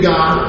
God